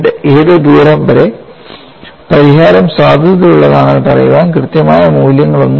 ഏത് ദൂരം വരെ പരിഹാരം സാധുതയുള്ളതാണെന്ന് പറയാൻ കൃത്യമായ മൂല്യങ്ങളൊന്നുമില്ല